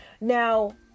Now